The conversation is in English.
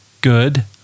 good